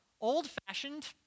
old-fashioned